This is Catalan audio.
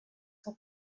que